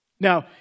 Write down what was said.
Now